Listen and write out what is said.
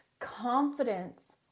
Confidence